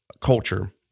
culture